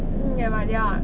你也买 ah